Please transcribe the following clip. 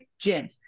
gym